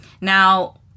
Now